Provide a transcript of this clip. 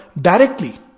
directly